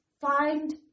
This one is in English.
find